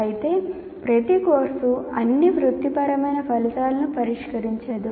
అయితే ప్రతి కోర్సు అన్ని వృత్తిపరమైన ఫలితాలను పరిష్కరించదు